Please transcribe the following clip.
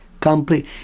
complete